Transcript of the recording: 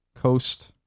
Coast